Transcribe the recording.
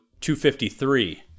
253